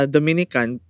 Dominican